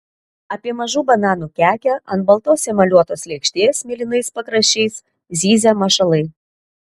apie mažų bananų kekę ant baltos emaliuotos lėkštės mėlynais pakraščiais zyzia mašalai